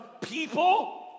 people